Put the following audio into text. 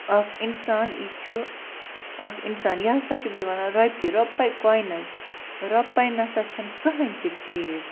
اَکھ اِنسان یہِ چھُ اَکھ اِنسان یہِ ہسا چھِ بیٚیہِ ونان رۄپیہِ رۄپے کۄیِنٕز رۄپے نَسا چھَنہٕ کٔہیٖنٛۍ تہِ چیٖز